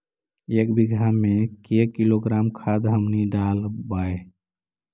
एक बीघा मे के किलोग्राम खाद हमनि डालबाय?